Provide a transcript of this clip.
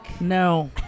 No